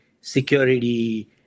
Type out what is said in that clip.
security